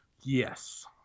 yes